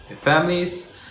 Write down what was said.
families